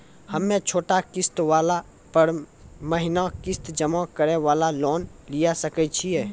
हम्मय छोटा किस्त वाला पर महीना किस्त जमा करे वाला लोन लिये सकय छियै?